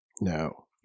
no